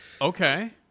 okay